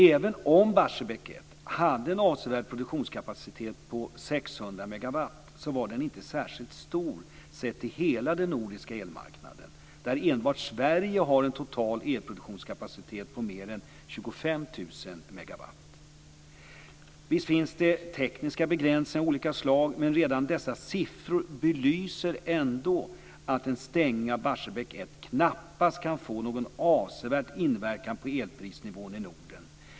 Även om Barsebäck 1 hade en avsevärd produktionskapacitet på 600 megawatt var denna inte särskilt stor sett till hela den nordiska elmarknaden, där enbart Sverige har en total elproduktionskapacitet på mer än 25 000 megawatt. Visst finns det tekniska begränsningar av olika slag, men redan dessa siffror belyser att en stängning av Barsebäck 1 knappast kan få någon avsevärd inverkan på elprisnivån i Norden.